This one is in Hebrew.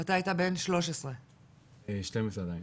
ואתה היית בן 13. 12 עדיין.